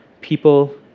people